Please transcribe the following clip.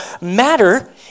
matter